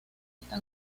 está